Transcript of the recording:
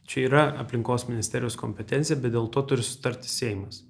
čia yra aplinkos ministerijos kompetencija bet dėl to turi susitarti seimas